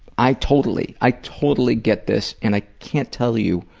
i totally i totally get this, and i can't tell you